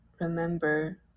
remember